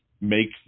make